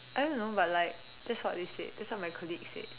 I don't know but like that's what they said that's what my colleague said